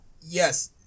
yes